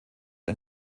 ein